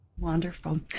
Wonderful